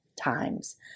times